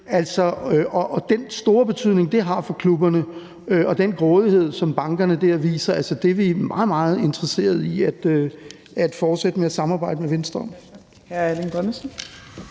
har stor betydning for klubberne. Og der er den grådighed, som bankerne der viser. Det er vi meget, meget interesserede i at fortsætte med at samarbejde med Venstre om.